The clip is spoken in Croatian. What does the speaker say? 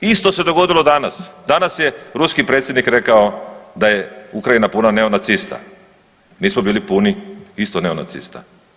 Isto se dogodilo danas, danas je ruski predsjednik rekao da je Ukrajina puna neonacista, mi smo bili puni isto neonacista.